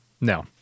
No